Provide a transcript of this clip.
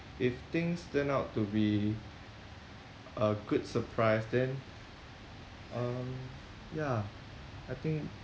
if things turn out to be a good surprise then um ya I think